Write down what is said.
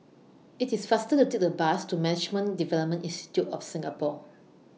IT IS faster to Take The Bus to Management Development Institute of Singapore